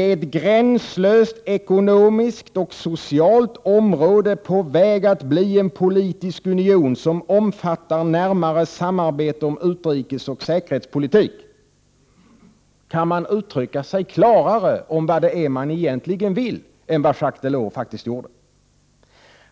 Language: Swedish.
är ett gränslöst, ekonomiskt och socialt område på väg att bli en politisk union som omfattar närmare samarbete om utrikesoch säkerhetspolitik.” Kan man uttrycka sig klarare om det man egentligen vill än vad Jacques Delors faktiskt gjorde?